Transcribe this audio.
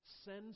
send